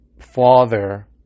father